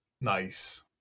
Nice